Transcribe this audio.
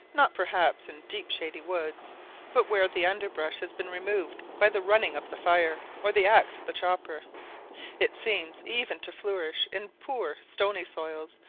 not perhaps in deep shady woods but where the under brush has been removed by the running of the fire or the axe of the chopper it seems even to flourish in poor stony soils,